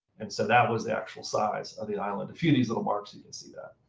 and so that was the actual size of the island. a few these little marks, you can see that.